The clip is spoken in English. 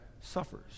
suffers